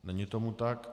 Není tomu tak.